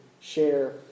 share